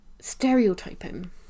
stereotyping